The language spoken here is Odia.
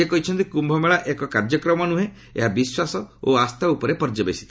ସେ କହିଛନ୍ତି କୁମ୍ଭମେଳା ଏକ କାର୍ଯ୍ୟକ୍ରମ ନୁହେଁ ଏହା ବିଶ୍ୱାସ ଓ ଆସ୍ଥା ଉପରେ ପର୍ଯ୍ୟବେଶିତ